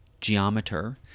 geometer